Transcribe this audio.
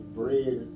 bread